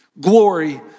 glory